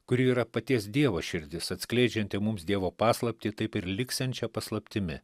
kuri yra paties dievo širdis atskleidžianti mums dievo paslaptį taip ir liksiančią paslaptimi